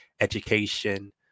education